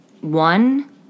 one